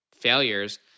failures